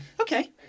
Okay